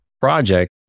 project